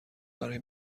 برای